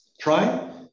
Try